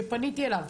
שפניתי אליו,